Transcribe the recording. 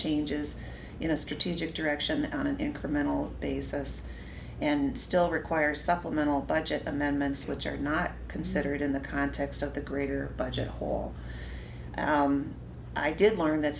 changes in a strategic direction on an incremental basis and still require supplemental budget amendments which are not considered in the context of the greater budget hole i did learn that